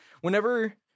whenever